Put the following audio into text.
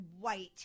white